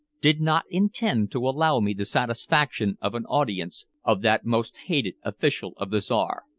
did not intend to allow me the satisfaction of an audience of that most hated official of the czar.